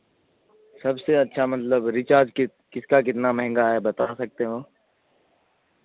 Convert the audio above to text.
سب سے اچھا مطلب ریچارج کس کس کا کتنا مہنگا ہے بتا سکتے ہو